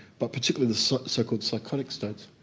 but particularly the so-called psychotic states.